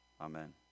Amen